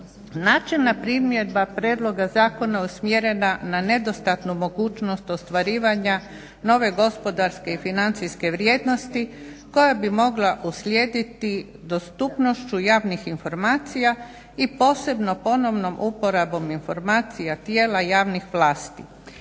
Načelna primjedba prijedloga zakona usmjerena na nedostatnu mogućnost ostvarivanja nove gospodarske i financijske vrijednosti koja bi mogla uslijediti dostupnošću javnih informacija i posebno ponovnom uporabom informacija tijela javnih vlasti.